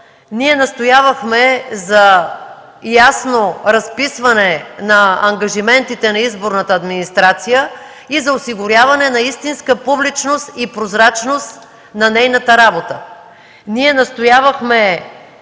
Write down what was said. Ние настоявахме за ясно разписване на ангажиментите на изборната администрация и за осигуряване на истинска публичност и прозрачност на нейната работа.